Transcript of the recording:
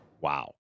Wow